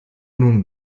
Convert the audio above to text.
nun